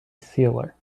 sealer